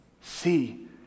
See